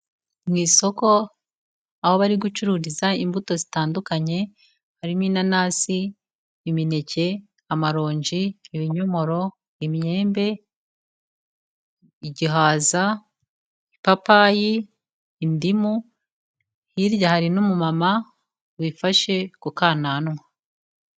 Mu isoko aho bari gucururiza imbuto zitandukanye harimo inanasi, imineke, amaronji, ibinyomoro, imyembe, igihaza, ipapayi, indimu, hirya hari n'umumama wifashe ku kananwa.